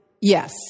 Yes